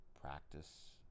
practice